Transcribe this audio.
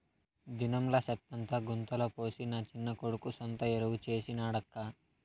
దినంలా సెత్తంతా గుంతల పోసి నా చిన్న కొడుకు సొంత ఎరువు చేసి నాడక్కా